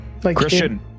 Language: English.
Christian